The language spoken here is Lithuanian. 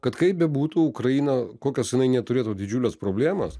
kad kaip bebūtų ukraina kokias jinai neturėtų didžiules problemas